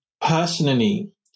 Personally